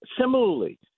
similarly